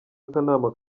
akanama